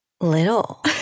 little